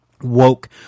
woke